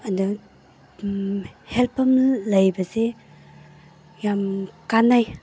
ꯑꯗꯨꯗ ꯍꯦꯜ ꯄꯝ ꯂꯩꯕꯁꯦ ꯌꯥꯝ ꯀꯥꯟꯅꯩ